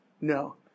No